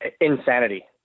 Insanity